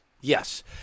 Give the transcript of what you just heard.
Yes